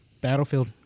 Battlefield